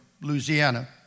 Louisiana